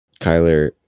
Kyler